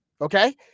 okay